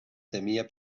temia